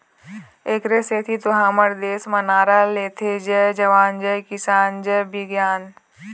एखरे सेती तो हमर देस म नारा देथे जय जवान, जय किसान, जय बिग्यान